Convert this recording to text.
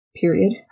period